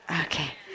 okay